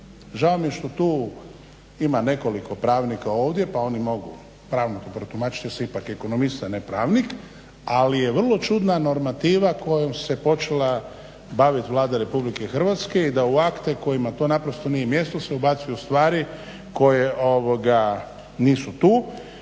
Žao mi je što tu ima nekoliko pravnika ovdje pa oni mogu pravno to protumačiti, ja sam ipak ekonomista ne pravnik ali je vrlo čudna normativa kojom se počela baviti Vlada RH i da u akte kojima tu naprosto nije mjesto se ubacuju stvari koje nisu tu.